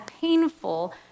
painful